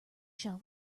shell